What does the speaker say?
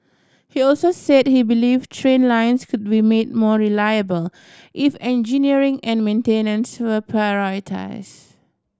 he also said he believe train lines could be made more reliable if engineering and maintenance were prioritise